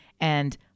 and-